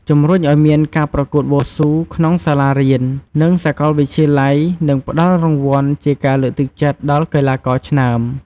ជំរុញឲ្យមានការប្រកួតវ៉ូស៊ូក្នុងសាលារៀន និងសាកលវិទ្យាល័យនឹងផ្ដល់រង្វាន់ជាការលើកទឹកចិត្តដល់កីឡាករឆ្នើម។